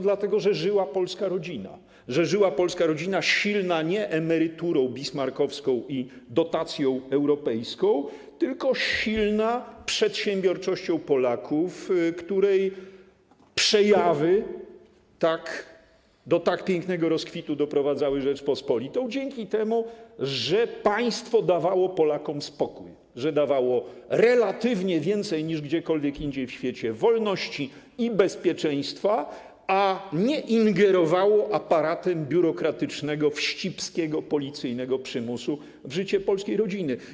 Dlatego, że żyła polska rodzina, że żyła polska rodzina silna nie emeryturą bismarckowską i dotacją europejską, tylko silna przedsiębiorczością Polaków, której przejawy do tak pięknego rozkwitu doprowadzały Rzeczpospolitą, dzięki temu, że państwo dawało Polakom spokój, że dawało relatywnie więcej niż gdziekolwiek indziej w świecie wolności i bezpieczeństwa, nie ingerowało aparatem biurokratycznego, wścibskiego, policyjnego przymusu w życie polskiej rodziny.